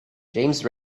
james